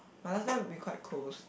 but that time we quite close